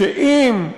שאם,